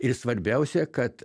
ir svarbiausia kad